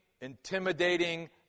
intimidating